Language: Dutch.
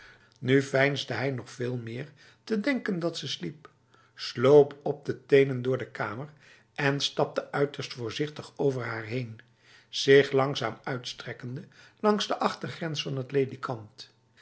nu veinsde hij nog veel meer te denken dat ze sliep sloop op de tenen door de kamer en stapte uiterst voorzichtig over haar heen zich langzaam uitstrekkende langs de achtergrens van het ledikant